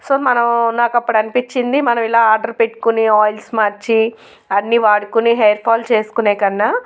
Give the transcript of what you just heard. so మనం నాకు అప్పుడు అనిపించింది ఇలా ఆర్డర్ పెట్టుకుని ఆయిల్స్ మార్చి అన్నీ వాడుకొని హెయిర్ ఫాల్ చేసుకునే కన్నా